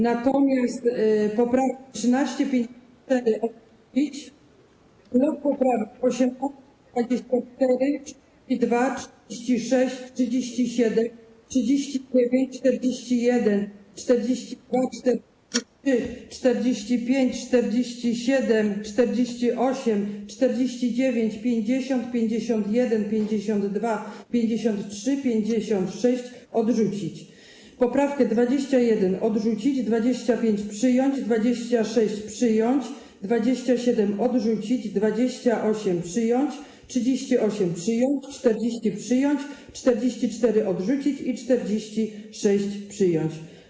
Natomiast poprawki 13. i 54. - odrzucić, blok poprawek: 18., 24., 32., 36., 37., 39., 41., 42., 43., 45., 47., 48., 49., 50., 51., 52., 53., 56. - odrzucić, poprawkę 21. - odrzucić, 25. - przyjąć, 26. - przyjąć, 27. - odrzucić, 28. - przyjąć, 38. - przyjąć, 40. - przyjąć, 44. - odrzucić i 46. - przyjąć.